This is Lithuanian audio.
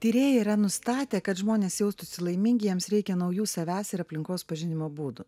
tyrėjai yra nustatę kad žmonės jaustųsi laimingi jiems reikia naujų savęs ir aplinkos pažinimo būdų